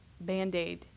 Band-Aid